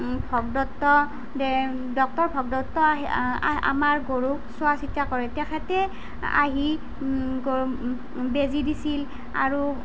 Bhagadatta De doctor Bhagadatta আহি আমাৰ গৰুক চোৱাচিতা কৰে তেখেতে আহি গৰু বেজী দিছিল আৰু